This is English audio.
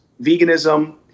veganism